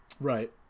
Right